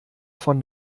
von